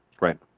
Right